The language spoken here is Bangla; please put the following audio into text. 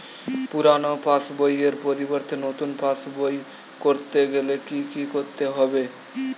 পুরানো পাশবইয়ের পরিবর্তে নতুন পাশবই ক রতে গেলে কি কি করতে হবে?